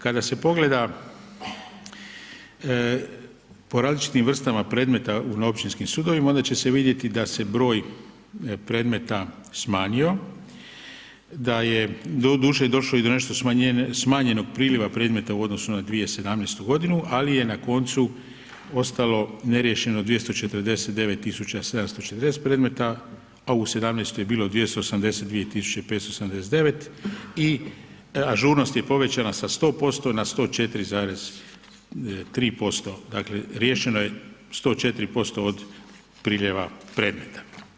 Kada se pogleda po različitim vrstama predmeta na općinskim sudovima, onda će se vidjeti da se broj predmeta smanjio, da je doduše došlo i do nešto smanjenog priljeva predmeta u odnosu na 2018. g. ali je na koncu ostalo neriješeno 249 740 predmeta a u 2017. je bilo 282 57 i ažurnost je povećana sa 100% na 104,3% dakle riješeno je 104% od priljeva predmeta.